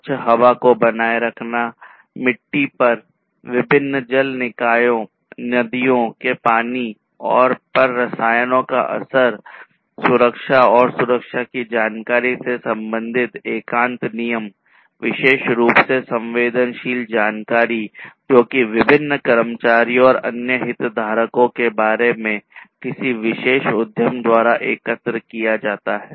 स्वच्छ हवा को बनाए रखना मिट्टी पर विभिन्न जल निकायों नदियों के पानी पर रसायनों का असर सुरक्षा और सुरक्षा की जानकारी से संबंधित एकांत नियम विशेष रूप से संवेदनशील जानकारी जो कि विभिन्न कर्मचारियों और अन्य हितधारकों के बारे में किसी विशेष उद्यम द्वारा एकत्र किया जाता है